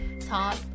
top